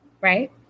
right